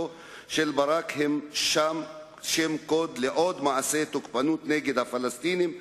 של ברק הם עוד שם קוד לעוד מעשי תוקפנות נגד הפלסטינים,